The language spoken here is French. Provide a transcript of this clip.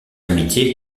amitié